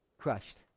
crushed